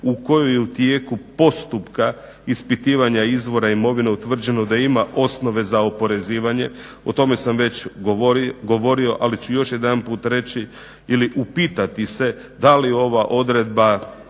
u koju je u tijeku postupka ispitivanja izvora imovine utvrđeno da ima osnove za oporezivanje. O tome sam već govorio ali ću još jedanput reći ili upitati se da li ova odredba